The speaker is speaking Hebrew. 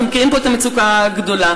אנחנו מכירים פה את המצוקה הגדולה.